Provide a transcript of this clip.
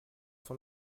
sont